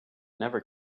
never